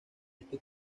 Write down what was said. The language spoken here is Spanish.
este